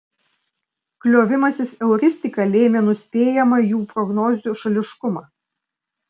kliovimasis euristika lėmė nuspėjamą jų prognozių šališkumą